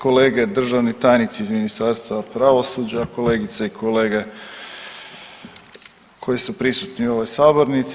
Kolege, državni tajnici iz Ministarstva pravosuđa, kolegice i kolege koji su prisutni u ovoj sabornici.